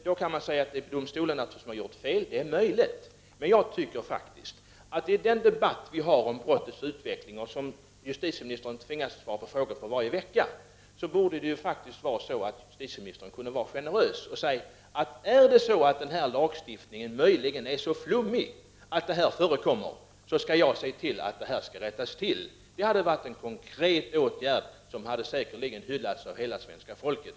Då kan det kanske sägas att det är domstolarna som gjort fel, men jag tycker att justitieministern i debatten om brottsutvecklingen, där hon varje vecka tvingas svara på frågor, borde kunna vara generös och säga: Är det så att denna lagstiftning möjligen är så flummig att sådant här förekommer, skall jag se till att det rättas till. Det hade varit en konkret åtgärd, som säkerligen hade hyllats av hela svenska folket.